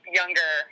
younger